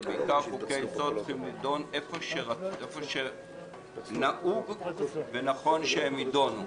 ובעיקר חוקי יסוד צריכים להידון איפה שנהוג ונכון שהם יידונו.